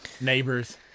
neighbors